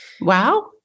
Wow